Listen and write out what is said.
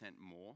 more